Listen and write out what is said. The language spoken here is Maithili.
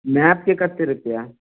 मैपके कत्ते रुपैआ